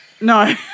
No